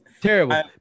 terrible